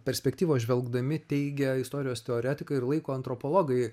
perspektyvos žvelgdami teigia istorijos teoretikai ir laiko antropologai